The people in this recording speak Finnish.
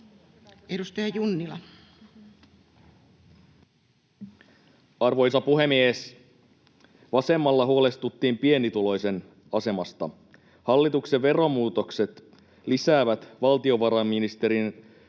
14:56 Content: Arvoisa puhemies! Vasemmalla huolestuttiin pienituloisen asemasta. Hallituksen veromuutokset lisäävät valtiovarainministeriön